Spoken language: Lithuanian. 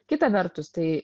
kita vertus tai